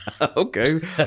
Okay